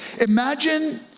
imagine